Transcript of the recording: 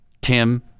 Tim